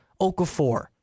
Okafor